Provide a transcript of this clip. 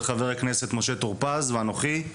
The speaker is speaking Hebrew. וחבר הכנסת משה טור-פז ואנוכי.